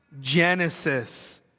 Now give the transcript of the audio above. Genesis